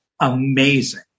amazing